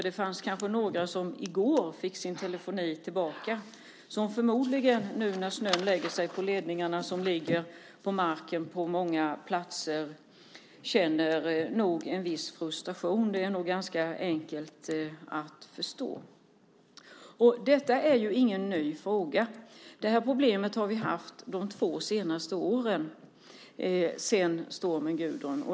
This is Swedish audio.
Det var kanske några som fick sin telefoni tillbaka i går, och när snön nu lägger sig på de ledningar som ligger på marken på många platser känner de förmodligen en viss frustration. Det är nog ganska enkelt att förstå. Detta är ingen ny fråga. Det här problemet har vi haft de två senaste åren sedan stormen Gudrun.